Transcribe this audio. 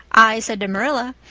i said to marilla,